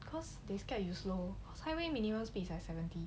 cause they scare you slow highway minimum speed is like seventy